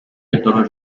internal